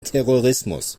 terrorismus